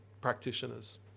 practitioners